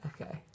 Okay